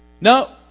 No